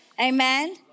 Amen